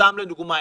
סתם לדוגמה,